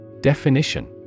Definition